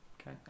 okay